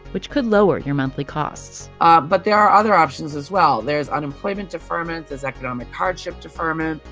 which could lower your monthly costs ah but there are other options as well. there is unemployment deferment. there's economic hardship deferment.